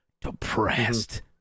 depressed